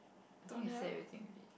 I think it set everything already